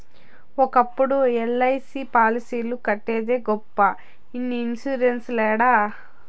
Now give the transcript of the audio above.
ఒకప్పుడు ఎల్.ఐ.సి పాలసీలు కట్టేదే గొప్ప ఇన్ని ఇన్సూరెన్స్ లేడ